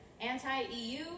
anti-EU